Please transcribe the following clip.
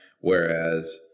Whereas